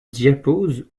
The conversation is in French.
diapause